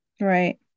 Right